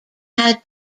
had